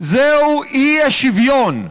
זהו האי-שוויון,